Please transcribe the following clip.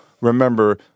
remember